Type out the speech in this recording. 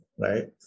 right